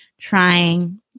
trying